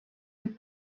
and